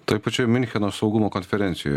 toje pačioj miuncheno saugumo konferencijoj